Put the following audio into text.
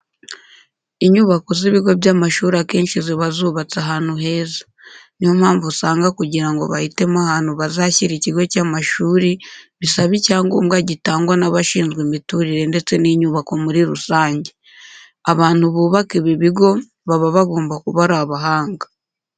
Inyubako z'ibigo by'amashuri akenshi ziba zubatse ahantu heza. Ni yo mpamvu usanga kugira ngo bahitemo ahantu bazashyira ikigo cy'amashuri bisaba icyangombwa gitangwa n'abashinzwe imiturire ndetse n'inyubako muri rusange. Abantu bubaka ibi bigo baba bagomba kuba ari abahanga.